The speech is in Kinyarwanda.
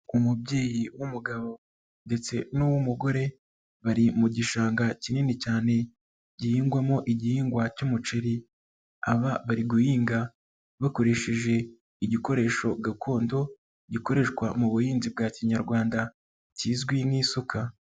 Umubyeyi w'umugabo ndetse n'uw'umugore bari mu gishanga kinini cyane gihingwamo igihingwa cy'umuceri, aba bari guhinga bakoresheje igikoresho gakondo gikoreshwa mu buhinzi bwa kinyarwanda kizwi nk'isuka.